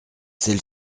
celle